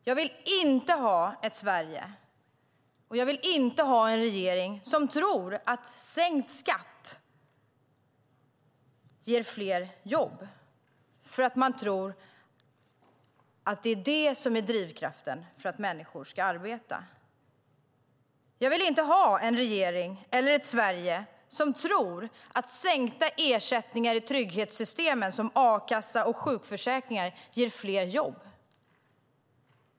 Jag vill inte ha ett Sverige eller en regering som tror att sänkt skatt ger fler jobb och att det är drivkraften för att människor ska arbeta. Jag vill inte ha en regering eller ett Sverige som tror att sänkta ersättningar i trygghetssystemen, såsom a-kassa och sjukförsäkringar, ger fler jobb.